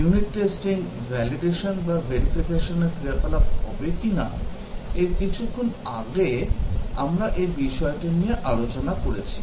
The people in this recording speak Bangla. ইউনিট টেস্টিং validation বা verification এর ক্রিয়াকলাপ হবে কিনা এর কিছুক্ষণ আগে আমরা এই বিষয়টি নিয়ে আলোচনা করেছি